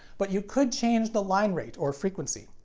but you could change the line rate, or frequency.